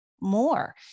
more